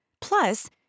Plus